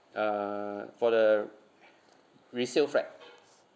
uh for the resale flat